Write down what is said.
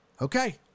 okay